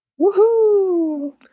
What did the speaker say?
Woohoo